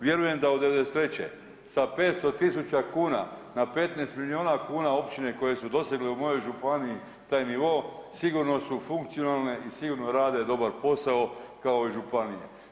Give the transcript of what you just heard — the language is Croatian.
Vjerujem da je od '93. sa 500.000 kuna na 156 milijuna kuna općine koje su dosegle u mojoj županiji taj nivo, sigurno su funkcionalne i sigurno rade dobar posao kao i županije.